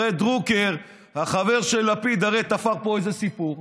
הרי דרוקר החבר של לפיד תפר פה איזה סיפור,